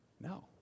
no